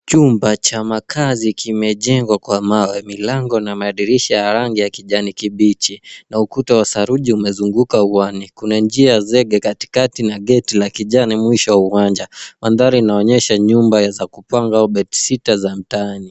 Chumba cha makaazi kimejengwa kwa mawe, milango na madirisha ya rangi ya kijani kibichi na ukuta wa saruji umezunguka uwani. kuna njia ya zege katikati na geti la kijani mwisho wa uwanja. Mandhari inaonyesha nyumba za kupanga au bedsitter za mtaani.